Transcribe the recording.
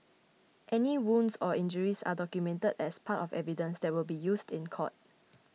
any wounds or injuries are documented as part of evidence that will be used in court